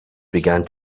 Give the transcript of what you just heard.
began